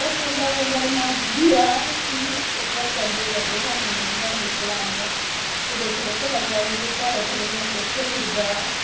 ओह् पौंदा पौंदा इन्ना बधी गेआ कि उप्पर चढ़दे चढ़दे स्हानू इन्नियां मुश्कलां आइयां कुते स्लिप लग्गा दी कोई प्हाडे़ं थल्ले इयां स्लिप करियै डिग्गा दा